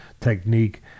technique